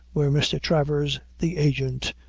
where mr. travers, the agent,